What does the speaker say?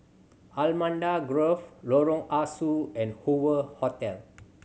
Allamanda Grove Lorong Ah Soo and Hoover Hotel